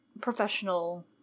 professional